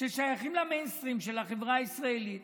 ששייכים למיינסטרים של החברה הישראלית